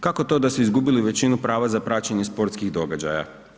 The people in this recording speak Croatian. Kako to da su izgubili većinu prava za praćenje sportskih događaja?